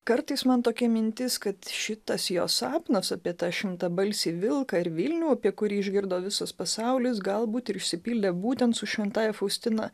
kartais man tokia mintis kad šitas jo sapnas apie tą šimtabalsį vilką ir vilnių apie kurį išgirdo visas pasaulis galbūt ir išsipildė būtent su šventąja faustina